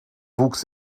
wuchs